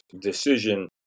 decision